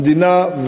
המדינה,